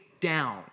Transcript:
down